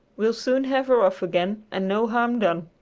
we'll soon have her off again and no harm done.